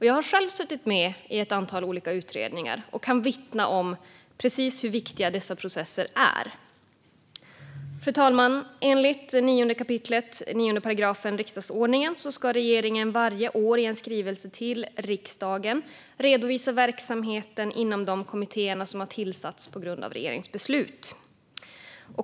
Jag har själv suttit med i ett antal olika utredningar och kan vittna om hur viktiga dessa processer är. Fru talman! Enligt 9 kap. 9 § riksdagsordningen ska regeringen varje år i en skrivelse till riksdagen redovisa verksamheten inom de kommittéer som har tillsatts på grund av regeringens beslut.